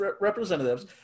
representatives